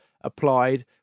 applied